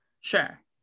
sure